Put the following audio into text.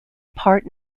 part